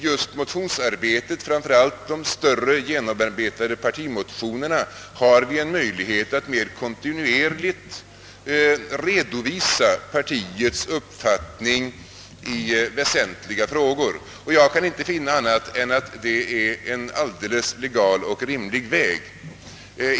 Just i motionsarbetet och särskilt i framläggandet av de större genomarbetade partimotionerna har vi en möjlighet att mera kontinuerligt redovisa partiets uppfattning i väsentliga frågor, och jag kan inte finna annat än att det är en legal och rimlig väg.